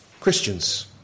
Christians